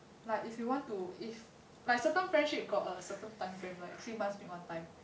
like if you want to if like certain friendship got a certain time frame like three months meet one time